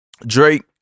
Drake